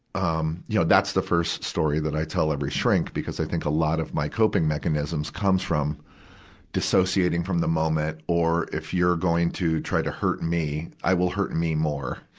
um, you know, that's the first story that i tell every shrink, because i think a lot of my coping mechanisms comes from dissociating from the moment. or, if you're going to try to hurt me, i will hurt me more.